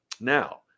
Now